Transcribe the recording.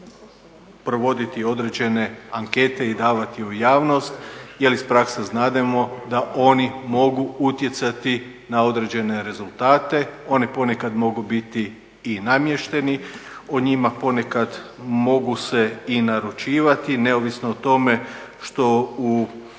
provoditi određene ankete i davati u javnost jel iz prakse znademo da oni mogu utjecati na određene rezultate, oni ponekad mogu biti i namješteni, o njima ponekad mogu se i naručivati neovisno o tome što u